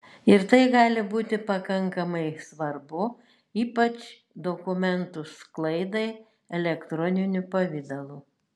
ir tai gali būti pakankamai svarbu ypač dokumentų sklaidai elektroniniu pavidalu